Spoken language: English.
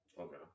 Okay